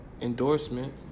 Endorsement